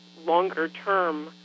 longer-term